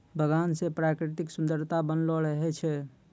बगान से प्रकृतिक सुन्द्ररता बनलो रहै छै